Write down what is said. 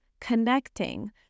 connecting